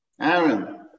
Aaron